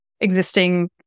existing